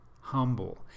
humble